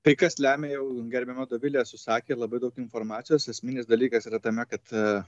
tai kas lemia jau gerbiama dovilė susakė labai daug informacijos esminis dalykas yra tame kad